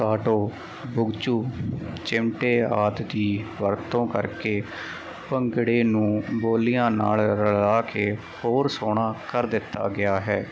ਕਾਟੋ ਭੁਗਚੂ ਚਿਮਟੇ ਆਦਿ ਦੀ ਵਰਤੋਂ ਕਰਕੇ ਭੰਗੜੇ ਨੂੰ ਬੋਲੀਆਂ ਨਾਲ ਰਲਾ ਕੇ ਹੋਰ ਸੋਹਣਾ ਕਰ ਦਿੱਤਾ ਗਿਆ ਹੈ